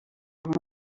amb